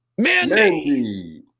Mandy